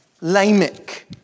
Lamech